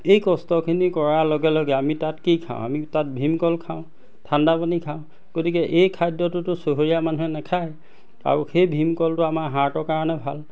এই কষ্টখিনি কৰাৰ লগে লগে আমি তাত কি খাওঁ আমি তাত ভীমকল খাওঁ ঠাণ্ডা পানী খাওঁ গতিকে এই খাদ্যটোতো চহৰীয়া মানুহে নেখায় আৰু সেই ভীমকলটো আমাৰ হাৰ্টৰ কাৰণে ভাল